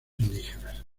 indígenas